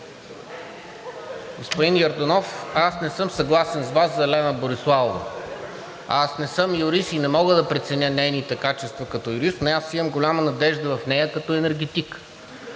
Господин Йорданов, аз не съм съгласен с Вас за Лена Бориславова. Аз не съм юрист и не мога да преценя нейните качества като юрист, но аз имам голяма надежда в нея като енергетик.